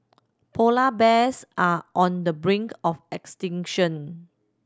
polar bears are on the brink of extinction